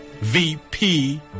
VP